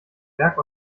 berg